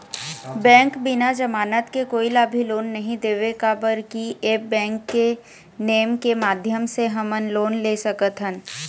Bank बिना जमानत के कोई ला भी लोन नहीं देवे का बर की ऐप बैंक के नेम के माध्यम से हमन लोन ले सकथन?